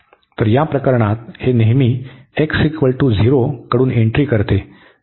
तर या प्रकरणात हे नेहमी x0 कडून एंट्री करते